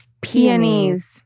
peonies